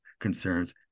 concerns